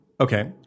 Okay